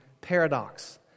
paradox